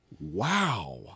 Wow